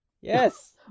Yes